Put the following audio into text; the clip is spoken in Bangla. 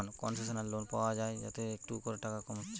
কোনসেশনাল লোন পায়া যায় যাতে একটু টাকা কম হচ্ছে